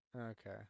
Okay